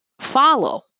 follow